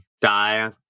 die